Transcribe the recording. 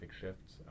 shifts